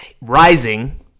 rising